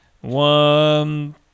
One